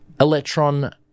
Electron